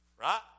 right